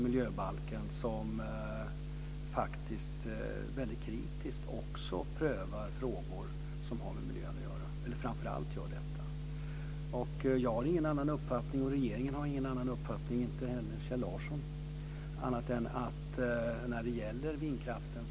Den har också en annan poäng jämfört med exempelvis kärnkraften.